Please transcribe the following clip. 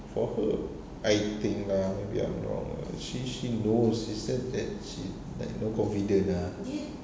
for her I think lah maybe I'm wrong she she knows it's just that she like no confidence ah